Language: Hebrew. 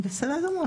בסדר גמור.